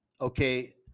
okay